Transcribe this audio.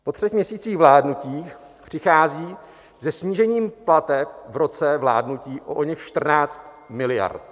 Po třech měsících vládnutí přichází se snížením plateb v roce vládnutí o oněch 14 miliard.